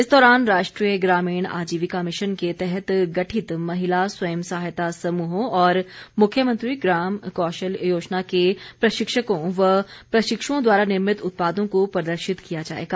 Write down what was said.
इस दौरान राष्ट्रीय ग्रामीण आजीविका मिशन के तहत गठित महिला स्वंय सहायता समूहों और मुख्यमंत्री ग्राम कौशल योजना के प्रशिक्षकों व प्रशिक्षुओं द्वारा निर्मित उत्पादों को प्रदर्शित किया जाएगा